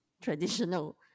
traditional